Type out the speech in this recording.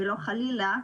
ולא חלילה,